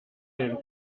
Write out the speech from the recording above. den